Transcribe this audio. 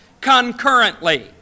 concurrently